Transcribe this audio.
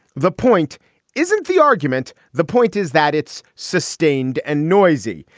the point isn't the argument. the point is that it's sustained and noisy.